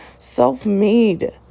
self-made